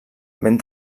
ben